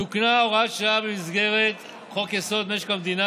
תוקנה הוראת שעה במסגרת חוק-יסוד: משק המדינה